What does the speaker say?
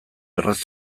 erraz